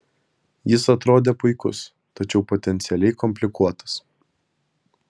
jis atrodė puikus tačiau potencialiai komplikuotas